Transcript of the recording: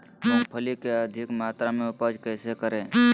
मूंगफली के अधिक मात्रा मे उपज कैसे करें?